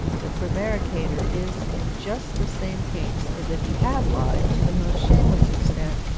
the prevaricator is in just the same case as if he had lied to the most shameless extent,